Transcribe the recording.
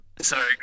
Sorry